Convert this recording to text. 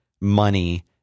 money